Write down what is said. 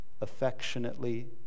Affectionately